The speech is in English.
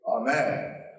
Amen